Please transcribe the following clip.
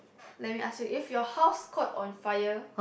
let me ask you if your house caught on fire